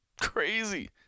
Crazy